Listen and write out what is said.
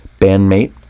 bandmate